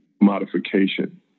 modification